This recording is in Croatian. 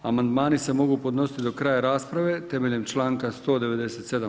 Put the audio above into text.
Amandmani se mogu podnositi do kraja rasprave temeljem članka 197.